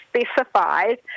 specified